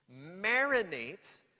Marinate